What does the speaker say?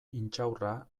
intxaurra